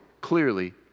clearly